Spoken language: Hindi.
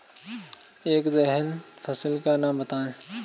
एक दलहन फसल का नाम बताइये